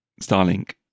Starlink